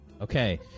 Okay